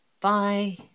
Bye